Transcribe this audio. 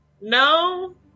No